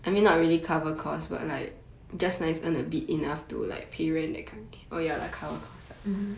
mmhmm